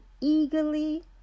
eagerly